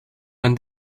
and